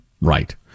right